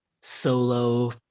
solo